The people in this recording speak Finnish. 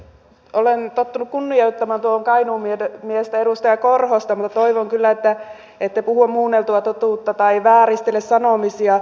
olen tottunut kunnioittamaan tuota kainuun miestä edustaja korhosta mutta toivon kyllä että ette puhu muunneltua totuutta tai vääristele sanomisia